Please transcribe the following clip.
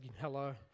hello